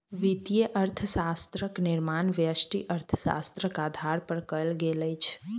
वित्तीय अर्थशास्त्रक निर्माण व्यष्टि अर्थशास्त्रक आधार पर कयल गेल अछि